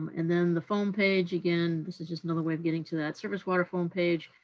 and then the foam page, again, this is just another way of getting to that surface water foam page.